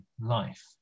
life